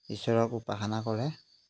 ঈশ্বৰক উপাসনা কৰে